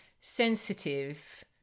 sensitive